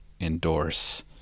endorse